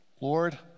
Lord